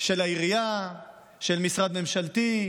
של העירייה, של משרד ממשלתי,